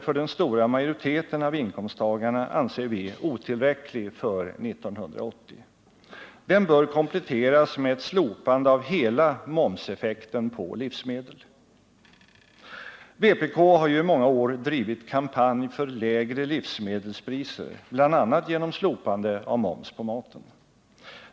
för den stora majoriteten av inkomsttagarna anser vi otillräcklig för 1980. Den bör kompletteras med ett slopande av hela momseffekten på livsmedel. Vpk har ju i många år drivit kampanj för lägre livsmedelspriser bl.a. genom slopande av moms på maten.